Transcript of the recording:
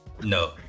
No